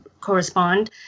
correspond